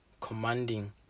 commanding